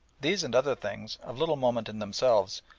these and other things, of little moment in themselves,